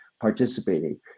participating